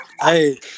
Hey